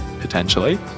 potentially